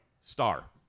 Star